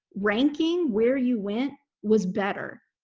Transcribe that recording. ranking, where you went, was better.